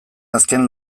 azken